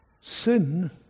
Sin